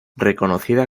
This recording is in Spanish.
reconocida